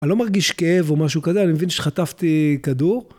אני לא מרגיש כאב או משהו כזה, אני מבין שחטפתי כדור.